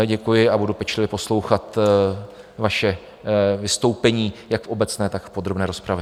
Děkuji a budu pečlivě poslouchat vaše vystoupení jak v obecné, tak v podrobné rozpravě.